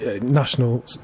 national